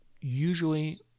usually